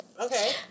Okay